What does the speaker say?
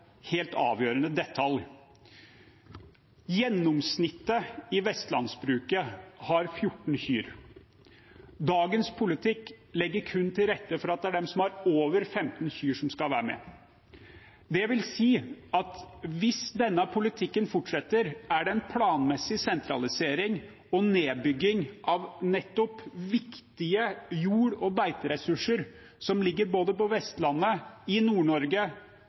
helt avgjørende detalj. Gjennomsnittet i vestlandsbruket har 14 kyr. Dagens politikk legger kun til rette for at det er de som har over 15 kyr, som skal være med. Det vil si at hvis denne politikken fortsetter, er det en planmessig sentralisering og nedbygging av nettopp viktige jord- og beiteressurser som ligger både på Vestlandet, i